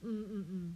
hmm hmm hmm